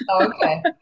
Okay